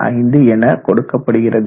25 என கொடுக்கப்படுகிறது